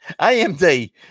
amd